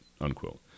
unquote